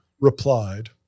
replied